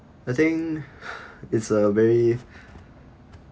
I think it's a very